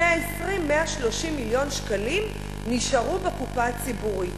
120 130 מיליון שקלים נשארו בקופה הציבורית.